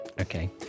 Okay